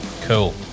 cool